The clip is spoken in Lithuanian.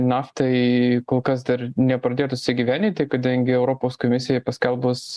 naftai kol kas dar nepradėtos įgyvendinti kadangi europos komisijai paskelbus